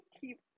keep